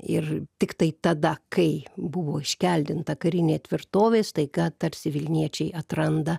ir tiktai tada kai buvo iškeldinta karinė tvirtovė staiga tarsi vilniečiai atranda